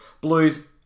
Blues